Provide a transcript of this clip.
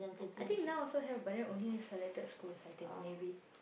I think now also have but then only selected schools I think maybe